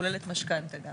שכוללת משכנתא גם.